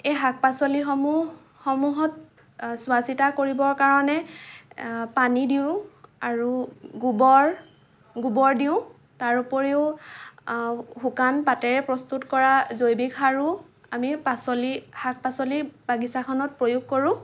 এই শাক পাচলিসমূহ সমূহত চোৱা চিতা কৰিবৰ কাৰণে পানী দিওঁ আৰু গোবৰ গোবৰ দিওঁ তাৰ উপৰিও শুকান পাতেৰে প্ৰস্তুত কৰা জৈৱিক সাৰো আমি পাচলি শাক পাচলিৰ বাগিচাখনত প্ৰয়োগ কৰোঁ